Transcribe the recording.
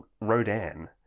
Rodan